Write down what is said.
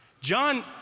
John